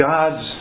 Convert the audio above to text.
God's